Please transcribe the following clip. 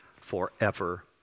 forever